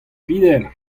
peder